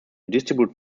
distribute